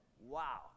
Wow